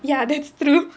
ya that's true